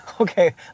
Okay